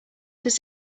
does